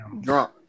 drunk